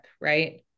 right